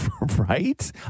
right